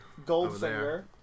Goldfinger